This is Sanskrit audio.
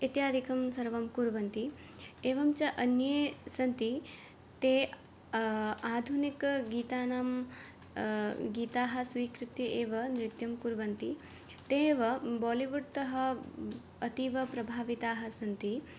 इत्यादिकं सर्वं कुर्वन्ति एवं च अन्ये सन्ति ते आधुनिकगीतानां गीताः स्वीकृत्य एव नृत्यं कुर्वन्ति ते एव बालिवुड्तः अतीव प्रभाविताः सन्ति